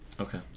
Okay